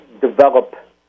develop